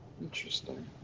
Interesting